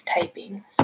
Typing